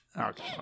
Okay